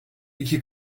iki